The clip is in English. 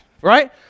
right